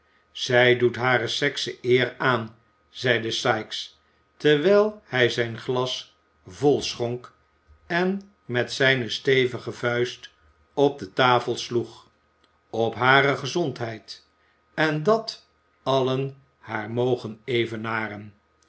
zij doet hare sekse eer aan zeide sikes terwijl hij zijn glas vol schonk en met zijne stevige vuist op de tafel sloeg op hare gezondheid en dat allen haar mogen evenaren